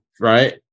Right